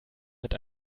mit